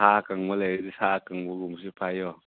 ꯁꯥ ꯑꯀꯪꯕ ꯂꯩꯔꯗꯤ ꯁꯥ ꯑꯀꯪꯕꯒꯨꯝꯕꯁꯨ ꯄꯥꯏꯌꯣ